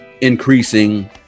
increasing